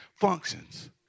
functions